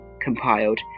compiled